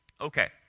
Okay